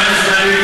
חבר הכנסת דוד,